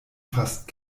fast